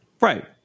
Right